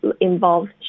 involves